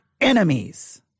enemies